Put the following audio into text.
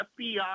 FBI